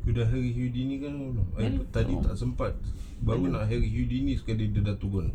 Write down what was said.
padahal houdini ke apa ta~ tadi tak sempat harry houdini sekali dia nak cuba